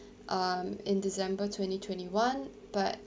um in december twenty twenty one but